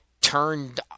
turned